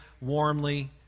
warmly